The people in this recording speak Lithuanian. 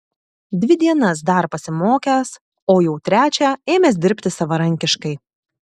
dvi dienas dar pasimokęs o jau trečią ėmęs dirbti savarankiškai